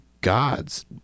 gods